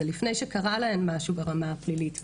זה לפני שקרה להן משהו ברמה הפלילית בכלל.